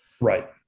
Right